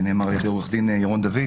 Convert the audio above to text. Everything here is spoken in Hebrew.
ונאמר על ידי עו"ד ירון דוד,